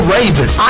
Ravens